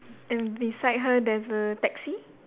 and beside her there's a taxi